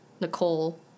Nicole